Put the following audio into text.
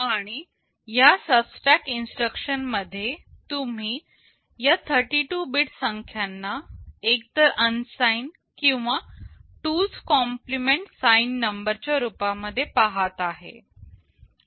आणि या subtract instruction मध्ये तुम्ही या 32 बीट संख्यांना एक तर अनसाइंड किंवा 2 च्या कॉम्प्लीमेंट साइंड नंबर2's Complement Signed Number च्या रूपा मध्ये पहात आहे